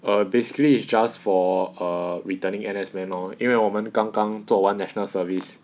err basically it's just for err returning N_S men lor 因为我们刚刚做完 national service